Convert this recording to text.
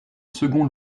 second